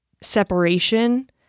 separation